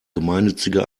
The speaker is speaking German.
gemeinnützige